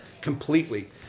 completely